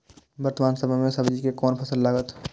वर्तमान समय में सब्जी के कोन फसल लागत?